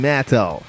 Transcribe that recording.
Metal